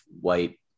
white